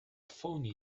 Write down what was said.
phoney